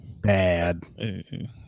bad